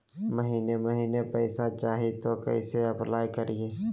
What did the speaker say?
महीने महीने पैसा चाही, तो कैसे अप्लाई करिए?